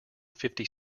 fifty